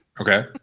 Okay